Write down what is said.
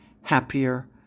happier